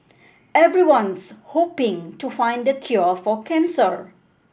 everyone's hoping to find the cure for cancer